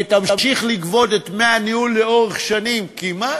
ותמשיך לגבות את דמי הניהול לאורך שנים, כי מה,